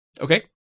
Okay